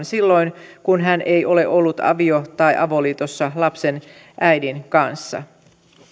silloin kun hän ei ole ollut avio tai avoliitossa lapsen äidin kanssa